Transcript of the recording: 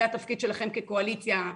זה התפקיד שלכם כקואליציה,